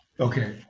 Okay